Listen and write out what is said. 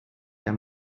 der